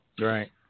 Right